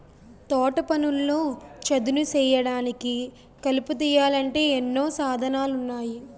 తోటపనుల్లో చదును సేయడానికి, కలుపు తీయాలంటే ఎన్నో సాధనాలున్నాయి